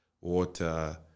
water